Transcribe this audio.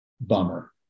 bummer